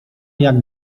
jak